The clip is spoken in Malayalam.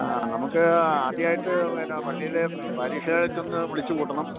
ആ നമുക്ക് ആദ്യമായിട്ട് പിന്നെ പള്ളിയില് പാരിഷ് ഹാളില്വച്ചൊന്നു വിളിച്ചുകൂട്ടണം